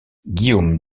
guillaume